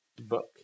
book